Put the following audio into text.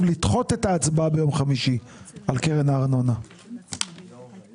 לדחות את ההצבעה על קרן הארנונה ביום חמישי.